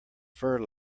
fur